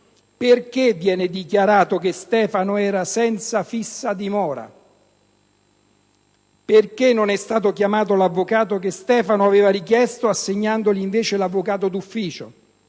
Perché viene dichiarato che Stefano era senza fissa dimora? Perché non è stato chiamato l'avvocato che Stefano aveva richiesto, assegnandogli invece l'avvocato d'ufficio?